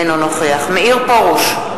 אינו נוכח מאיר פרוש,